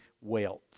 wealth